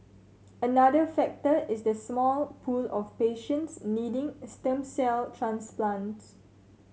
another factor is the small pool of patients needing a stem cell transplants